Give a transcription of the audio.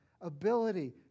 ability